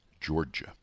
Georgia